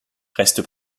reste